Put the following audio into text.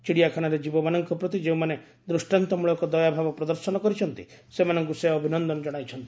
ଚିଡ଼ିଆଖାନାରେ ଜୀବମାନଙ୍କ ପ୍ରତି ଯେଉଁମାନେ ଦୃଷ୍ଟାନ୍ତମୂଳକ ଦୟାଭାବ ପ୍ରଦର୍ଶନ କରିଛନ୍ତି ସେମାନଙ୍କୁ ସେ ଅଭିନନ୍ଦନ ଜଣାଇଛନ୍ତି